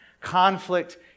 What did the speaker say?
conflict